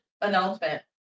announcement